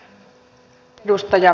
arvoisa puhemies